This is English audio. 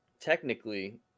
technically